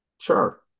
Sure